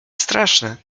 straszne